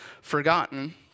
forgotten